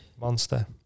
Monster